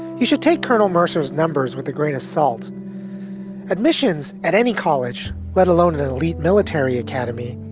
you should take colonel mercer's numbers with a grain of salt admissions at any college, let alone an elite military academy,